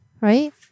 Right